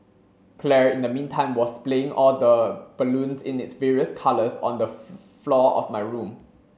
Claire in the meantime was splaying all the balloons in its various colours on the floor of my room